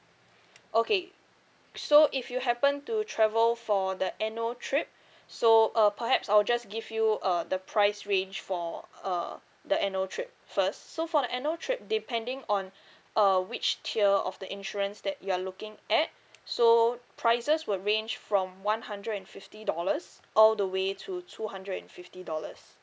okay so if you happen to travel for the annual trip so uh perhaps I'll just give you uh the price range for uh the annual trip first so for the annual trip depending on uh which tier of the insurance that you're looking at so prices will range from one hundred and fifty dollars all the way to two hundred and fifty dollars